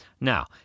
Now